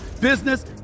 business